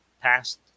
passed